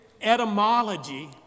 etymology